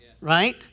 right